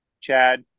Chad